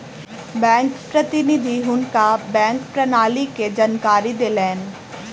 bank प्रतिनिधि हुनका bank प्रणाली के जानकारी देलैन